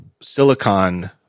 silicon